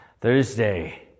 Thursday